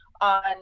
on